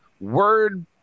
word